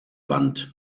wand